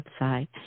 website